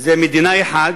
זה מדינה אחת,